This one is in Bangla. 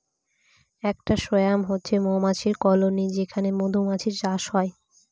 একটা সোয়ার্ম হচ্ছে মৌমাছির কলোনি যেখানে মধুমাছির চাষ হয়